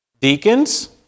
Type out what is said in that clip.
deacons